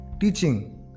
teaching